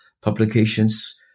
publications